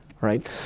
right